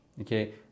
Okay